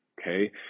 okay